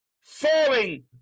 falling